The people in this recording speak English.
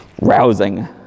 rousing